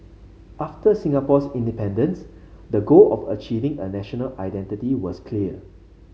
after Singapore's independence the goal of achieving a national identity was clear